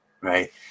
right